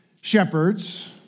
shepherds